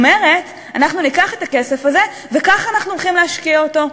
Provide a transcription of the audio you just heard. אומרת: אנחנו ניקח את הכסף הזה וככה אנחנו הולכים להשקיע אותו.